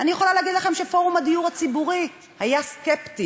אני יכולה להגיד לכם שפורום הדיור הציבורי היה סקפטי.